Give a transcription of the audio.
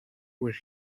where